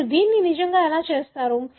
మీరు దీన్ని నిజంగా ఎలా చేస్తారు